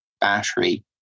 battery